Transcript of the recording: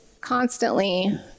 constantly